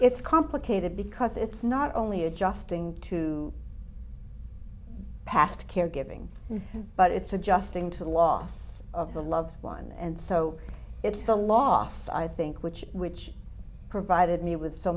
it's complicated because it's not only adjusting to past caregiving but it's adjusting to the loss of a loved one and so it's the loss i think which which provided me with so